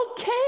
Okay